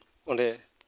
ᱚᱸᱰᱮ